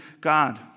God